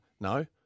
no